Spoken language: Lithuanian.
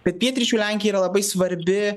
bet pietryčių lenkija yra labai svarbi